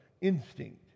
instinct